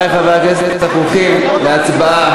יכול להיות גם אישה, ?